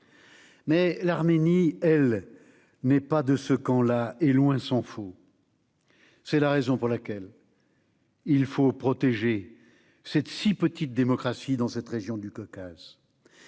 Mais l'Arménie, elle, n'est pas dans ce camp-là, il s'en faut. C'est la raison pour laquelle il faut protéger cette si petite démocratie dans cette région du Caucase.